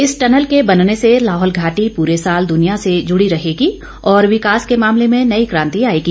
इस टनल के बनने से लाहौल घाटी पूरे साल दुनिया से जुड़ी रहेगी और विकास के मामले में नई क्रांति आएगी